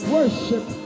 Worship